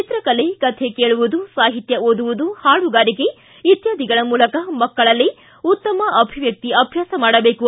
ಚಿತ್ರಕಲೆ ಕಥೆ ಕೇಳುವುದು ಸಾಹಿತ್ಯ ಓದುವುದು ಹಾಡುಗಾರಿಕೆ ಇತ್ಯಾದಿಗಳ ಮೂಲಕ ಮಕ್ಕಳಲ್ಲೇ ಉತ್ತಮ ಅಭಿವ್ಯಕ್ತಿ ಅಭ್ಯಾಸ ಮಾಡಬೇಕು